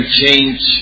change